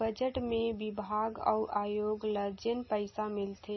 budget मे बिभाग अउ आयोग ल जेन पइसा मिलथे